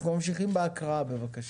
אנחנו ממשיכים בהקראה בבקשה.